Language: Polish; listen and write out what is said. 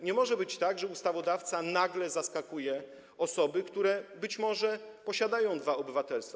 Nie może być tak, że ustawodawca nagle zaskakuje osoby, które np. posiadają dwa obywatelstwa.